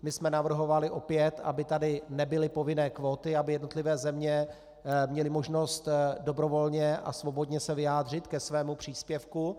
My jsme navrhovali opět, aby tady nebyly povinné kvóty, aby jednotlivé země měly možnost dobrovolně a svobodně se vyjádřit ke svému příspěvku.